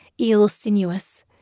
eel-sinuous